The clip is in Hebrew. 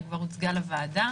היא כבר הוצגה לוועדה.